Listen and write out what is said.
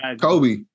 Kobe